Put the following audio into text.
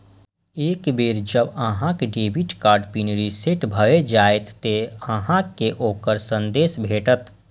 एक बेर जब अहांक डेबिट कार्ड पिन रीसेट भए जाएत, ते अहांक कें ओकर संदेश भेटत